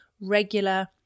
regular